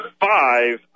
five